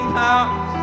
house